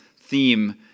theme